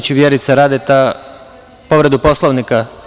Reč ima Vjerica Radeta, povreda Poslovnika.